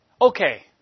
Okay